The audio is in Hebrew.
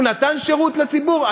הוא נתן שירות לציבור?